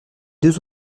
deux